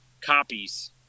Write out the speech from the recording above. copies